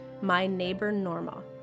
MyNeighborNorma